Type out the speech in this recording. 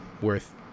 worth